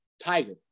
tiger